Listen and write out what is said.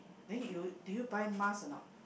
then you do you buy mask or not